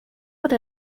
por